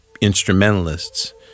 instrumentalists